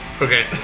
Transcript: Okay